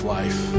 life